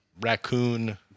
Raccoon